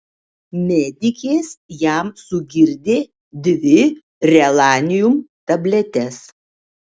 medikės jam sugirdė dvi relanium tabletes